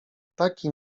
ptaki